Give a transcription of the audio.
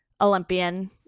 Olympian